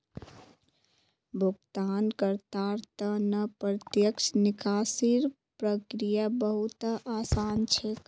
भुगतानकर्तार त न प्रत्यक्ष निकासीर प्रक्रिया बहु त आसान छेक